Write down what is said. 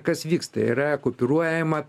kas vyksta yra kupiruojama